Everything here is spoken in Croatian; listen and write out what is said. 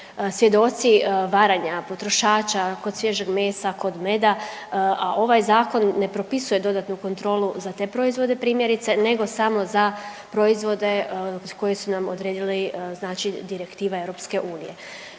svjedoci varanja potrošača kod svježeg mesa, kod meda, a ovaj zakon ne propisuje dodatnu kontrolu za te proizvode primjerice, nego samo za proizvode koje su nam odredili znači direktiva EU. Tako da